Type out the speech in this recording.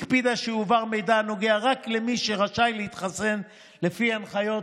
הקפידה שיועבר מידע הנוגע רק למי שרשאי להתחסן לפי הנחיות